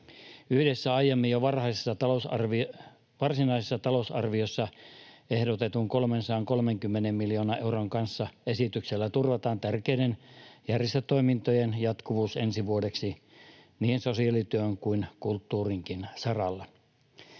Yhdessä aiemmin jo varsinaisessa talousarviossa ehdotetun 330 miljoonan euron kanssa esityksellä turvataan tärkeiden järjestötoimintojen jatkuvuus ensi vuodeksi niin sosiaalityön kuin kulttuurinkin saralla.